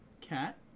cat